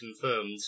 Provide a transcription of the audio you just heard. confirmed